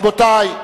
רבותי,